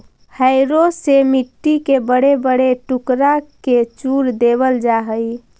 harrow से मट्टी के बड़े बड़े टुकड़ा के चूर देवल जा हई